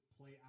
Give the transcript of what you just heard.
play